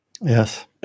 Yes